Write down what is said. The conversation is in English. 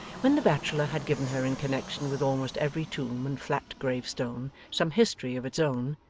when the bachelor had given her in connection with almost every tomb and flat grave-stone some history of its own,